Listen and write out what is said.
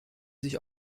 sich